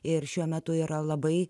ir šiuo metu yra labai